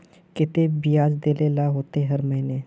केते बियाज देल ला होते हर महीने?